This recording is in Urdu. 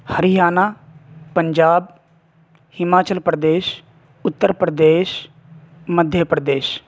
ہریانہ پنجاب ہماچل پردیش اتّر پردیش مدھیہ پردیش